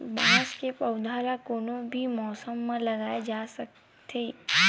बांस के पउधा ल कोनो भी मउसम म लगाए जा सकत हे